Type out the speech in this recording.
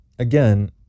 Again